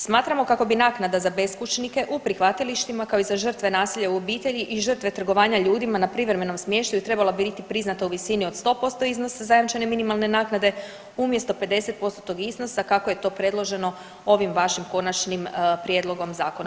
Smatramo kako bi naknada za beskućnike u prihvatilištima kao i za žrtve nasilja u obitelji i žrtve trgovanja ljudima na privremenom smještaju trebala biti priznata u visini od 100% iznosa zajamčene minimalne naknade umjesto 50 postotnog iznosa kako je to predloženo ovim vašim konačnim prijedlogom zakona.